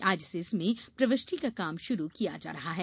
आज से इसमें प्रविष्टि का काम शुरू किया जा रहा है